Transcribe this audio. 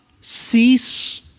cease